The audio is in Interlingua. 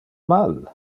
mal